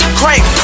crank